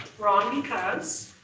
wrong because